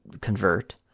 convert